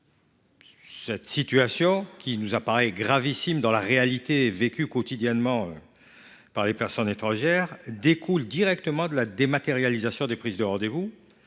Cette situation gravissime, vécue quotidiennement par les personnes étrangères, découle directement de la dématérialisation des prises de rendez vous,